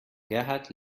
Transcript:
gerhard